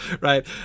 right